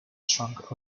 trunk